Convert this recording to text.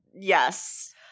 yes